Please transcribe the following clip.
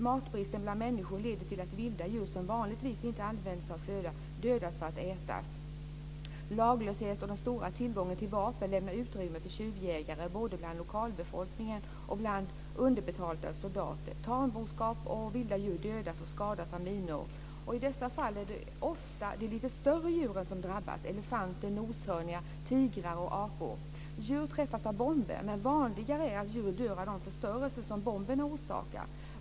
Matbristen bland människor leder till att vilda djur som vanligtvis inte används som föda dödas för att ätas. Laglösheten och den stora tillgången till vapen lämnar utrymme för tjuvjägare både bland lokalbefolkningen och bland underbetalda soldater. Tamboskap och vilda djur dödas och skadas av minor. I dessa fall är det ofta de lite större djuren som drabbas; elefanter, noshörningar, tigrar och apor. Djur träffas av bomber, men vanligare är att djur dör av den förstörelse som bomberna orsakar.